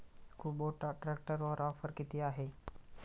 Kubota ट्रॅक्टरवर offer किती आहे?